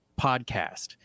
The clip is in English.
podcast